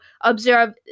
observe